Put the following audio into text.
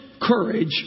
courage